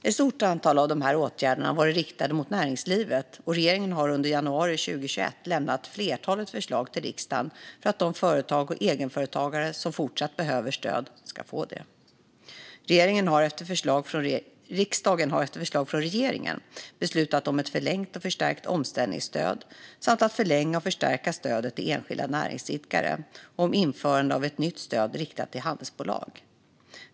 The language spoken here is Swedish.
Ett stort antal av dessa åtgärder har varit riktade mot näringslivet, och regeringen har under januari 2021 lämnat ett flertal förslag till riksdagen för att de företag och egenföretagare som fortsatt behöver stöd ska få det. Riksdagen har efter förslag från regeringen beslutat om ett förlängt och förstärkt omställningsstöd, om att förlänga och förstärka stödet till enskilda näringsidkare och om att införa ett nytt stöd riktat till handelsbolag.